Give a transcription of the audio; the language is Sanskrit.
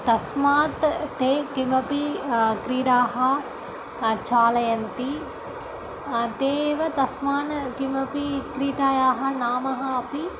तस्मात् ते काः अपि क्रीडाः चालयन्ति ते एव तस्मान् कस्याः अपि क्रीडायाः नाम अपि